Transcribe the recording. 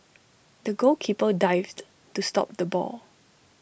the goalkeeper dived to stop the ball